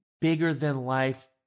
bigger-than-life